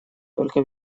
только